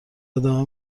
ادامه